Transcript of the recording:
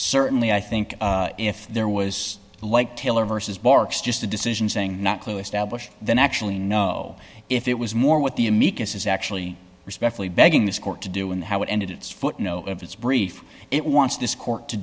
certainly i think if there was like taylor versus barks just a decision saying not clue established then actually know if it was more what the amicus is actually respectfully begging this court to do and how it ended its foot no if it's brief it wants this court to